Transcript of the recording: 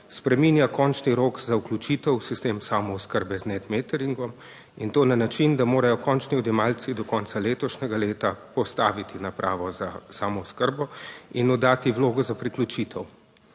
spreminja končni rok za vključitev v sistem samooskrbe z Netmeteringom, in to na način, da morajo končni odjemalci do konca letošnjega leta postaviti napravo za samooskrbo in oddati vlogo za priključitev,